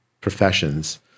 professions